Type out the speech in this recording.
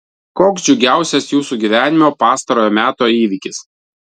koks džiugiausias jūsų gyvenimo pastarojo meto įvykis